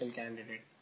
candidate